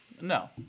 No